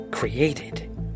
Created